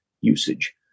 usage